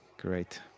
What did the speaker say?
great